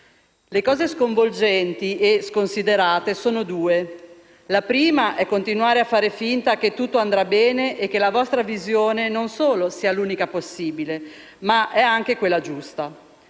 Le cose sconvolgenti e sconsiderate sono due. La prima è continuare a far finta che tutto andrà bene e che la vostra visione sia non solo l'unica possibile, ma anche quella giusta.